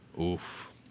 Oof